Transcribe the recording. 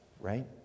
right